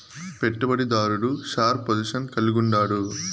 పెట్టుబడి దారుడు sharp position కలిగుండాడు